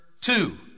two